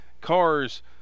cars